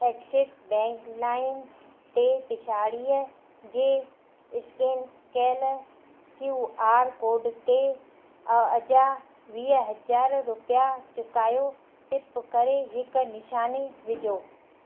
axis bank लाइम ते पिछाड़ीअ जे स्केन कयलु क्यू आर कोड ते अञा वीह हज़ार रुपया चुकायो टिप करे हिकु निशानी विझो